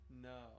No